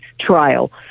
trial